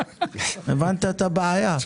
באמת,